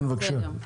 כן, בבקשה.